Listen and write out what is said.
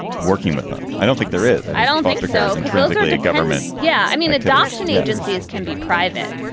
working with them? i don't think there is and i don't think so and realistically, the government yeah, i mean, adoption agencies can be private,